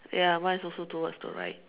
ya mine is also towards the right